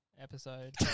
episode